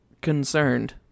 concerned